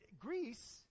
Greece